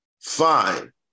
fine